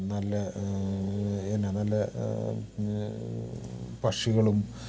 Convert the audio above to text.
നല്ല എന്താ നല്ല പക്ഷികളും